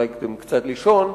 קצת לישון,